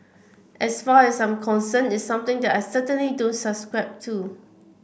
as far as I'm concerned it's something that I certainly don't subscribe to